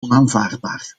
onaanvaardbaar